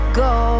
go